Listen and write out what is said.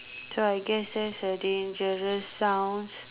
so I guess that's a dangerous sounds